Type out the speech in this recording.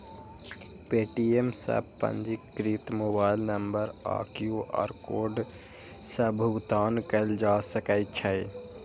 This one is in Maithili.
पे.टी.एम सं पंजीकृत मोबाइल नंबर आ क्यू.आर कोड सं भुगतान कैल जा सकै छै